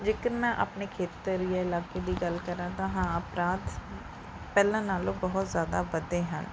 ਜੇਕਰ ਮੈਂ ਆਪਣੇ ਖੇਤਰ ਜਾਂ ਇਲਾਕੇ ਦੀ ਗੱਲ ਕਰਾਂ ਤਾਂ ਹਾਂ ਅਪਰਾਧ ਪਹਿਲਾਂ ਨਾਲੋਂ ਬਹੁਤ ਜ਼ਿਆਦਾ ਵਧੇ ਹਨ